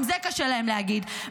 גם זה קשה להם להגיד,